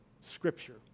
Scripture